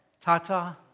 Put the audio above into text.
tata